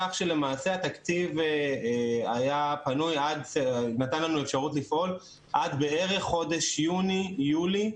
כך שלמעשה התקציב נתן לנו אפשרות לפעול עד בערך חודש יוני יולי,